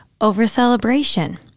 over-celebration